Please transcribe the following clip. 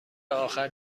آخر